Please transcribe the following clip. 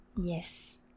Yes